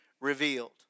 revealed